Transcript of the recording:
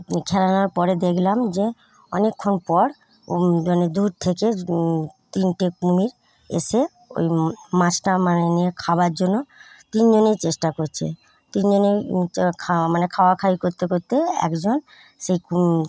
খেলানোর পরে দেখলাম যে অনেক্ষন পর মানে দূর থেকে তিনটে কুমির এসে ওই মাছটা মানে নিয়ে খাওয়ার জন্য তিনজনেই চেষ্টা করছে তিনজনেই মানে খাওয়া খায়ই করতে করতে একজন সেই